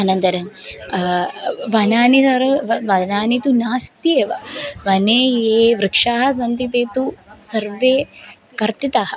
अनन्तरं वनानि सर्व वनानि तु नास्ति एव वने ये वृक्षाः सन्ति ते तु सर्वे कर्तिताः